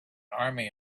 army